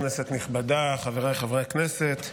כנסת נכבדה, חבריי חברי הכנסת,